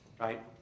Right